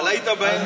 אבל היית באמצע.